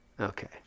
Okay